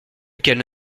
qu’elles